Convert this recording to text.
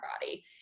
body